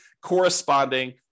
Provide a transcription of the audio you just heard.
corresponding